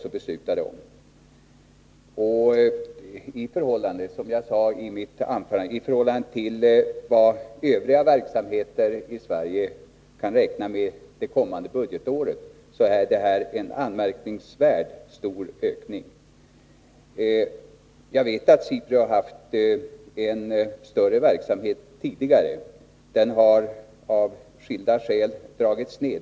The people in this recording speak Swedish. Som jag sade i mitt anförande är detta en anmärkningsvärt stor ökning i förhållande till vad övriga verksamheter i Sverige kan räkna med under det kommande budgetåret. Jag vet att SIPRI har haft en större verksamhet tidigare. Den har av skilda skäl dragits ner.